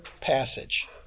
passage